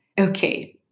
okay